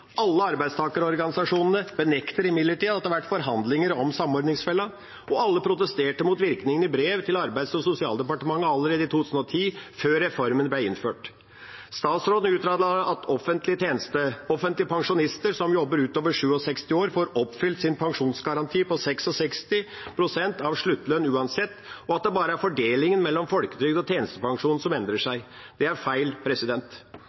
Alle arbeidstakerorganisasjonene benekter imidlertid at det har vært forhandlinger om samordningsfella, og alle protesterte mot virkningen i brev til Arbeids- og sosialdepartementet allerede i 2010, før reformen ble innført. Statsråden uttaler at offentlige pensjonister som jobber utover 67 år, får oppfylt sin pensjonsgaranti på 66 pst. av sluttlønn uansett, og at det bare er fordelingen mellom folketrygd og tjenestepensjon som endrer seg. Det er feil.